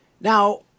Now